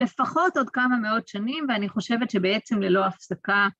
לפחות עוד כמה מאות שנים, ואני חושבת שבעצם ללא הפסקה...